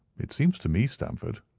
it seems to me, stamford,